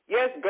Yes